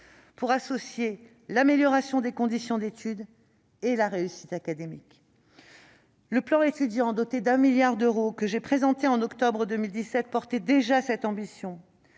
pour associer l'amélioration des conditions d'études et la réussite académique. Le plan Étudiants doté de 1 milliard d'euros que j'ai présenté en octobre 2017 exprimait déjà cette ambition.